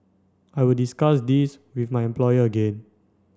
I will discuss this with my employer again